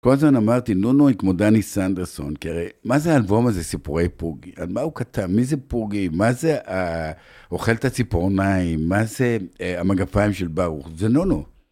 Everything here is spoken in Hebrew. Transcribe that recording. כל הזמן אמרתי, נונו היא כמו דני סנדרסון. כי הרי, מה זה האלבום הזה, סיפורי פורגי? אז מה הוא כתב? מי זה פורגי? מה זה האוכלת הציפורניים? מה זה המגפיים של ברוך? זה נונו.